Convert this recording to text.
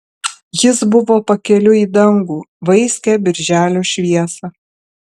jis buvo pakeliui į dangų vaiskią birželio šviesą